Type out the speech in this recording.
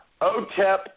Otep